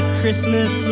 Christmas